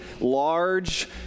large